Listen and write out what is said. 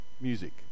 music